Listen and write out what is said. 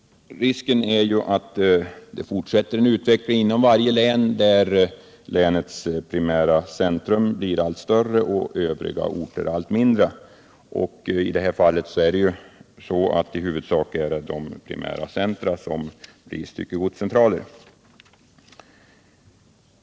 Risken är ju att en utveckling fortsätter inom varje län där länens primära centrum blir allt större och övriga orter allt mindre. I det här fallet är det i huvudsak primära centra som blir styckegodscentraler.